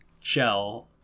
gel